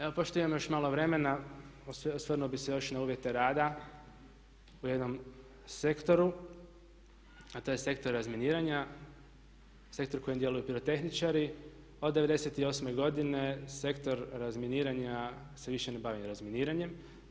Evo pošto još imam malo vremena, osvrnuo bih se još na uvjete rada u jednom sektoru a to je sektor razminiranja, sektor u kojem djeluju pirotehničari, od 88.-e godine sektor razminiranja se više ne bavi razminiranjem.